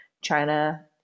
China